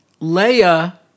Leia